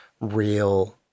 real